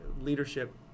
leadership